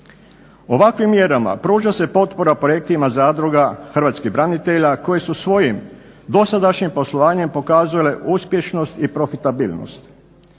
Ovakvim mjerama pruža se potpora projektima zadruga hrvatskih branitelja koji su svojim dosadašnjim poslovanjem pokazale uspješnost i profitabilnost.